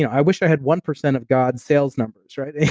yeah i wish i had one percent of god's sales numbers, right?